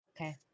Okay